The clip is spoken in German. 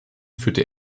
führte